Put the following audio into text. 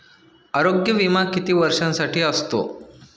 आरोग्य विमा किती वर्षांसाठी असतो?